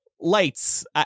lights